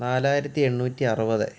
നാലായിരത്തി എണ്ണൂറ്റി അറുപത്